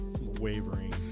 wavering